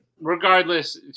Regardless